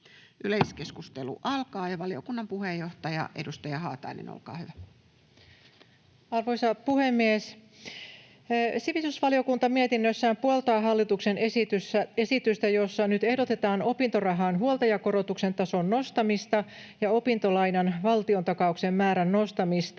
eduskunnalle laiksi opintotukilain muuttamisesta Time: 17:53 Content: Arvoisa puhemies! Sivistysvaliokunta mietinnössään puoltaa hallituksen esitystä, jossa nyt ehdotetaan opintorahan huoltajakorotuksen tason nostamista ja opintolainan valtiontakauksen määrän nostamista